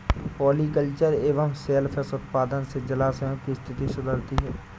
polyculture एवं सेल फिश उत्पादन से जलाशयों की स्थिति सुधरती है